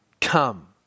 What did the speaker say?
come